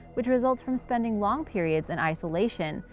which results from spending long periods in isolation,